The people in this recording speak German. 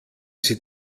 sie